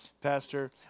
Pastor